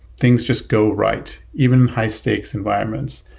things just go right, even high-stakes environments.